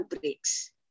breaks